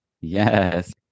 yes